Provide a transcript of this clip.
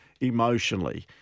emotionally